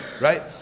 right